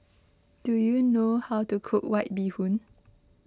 do you know how to cook White Bee Hoon